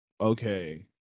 okay